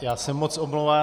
Já se moc omlouvám.